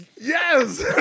Yes